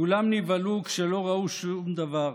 כולם נבהלו כשלא ראו שום דבר,